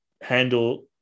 handle